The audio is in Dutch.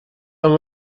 lang